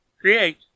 Create